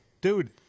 Dude